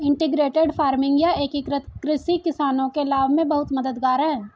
integrated farming या एकीकृत कृषि किसानों के लाभ में बहुत मददगार है